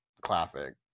classic